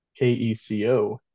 KECO